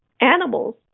animals